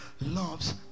loves